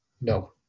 No